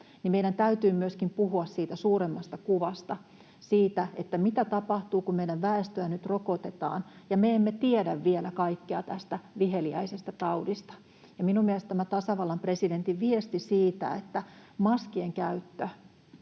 meidän täytyy myöskin puhua siitä suuremmasta kuvasta, siitä, mitä tapahtuu, kun meidän väestöä nyt rokotetaan, ja me emme tiedä vielä kaikkea tästä viheliäisestä taudista. Ja minun mielestäni tämä tasavallan presidentin viesti maskien käytöstä